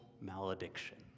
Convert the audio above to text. malediction